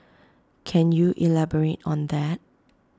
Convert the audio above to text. can you elaborate on that